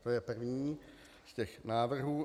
To je první z těch návrhů.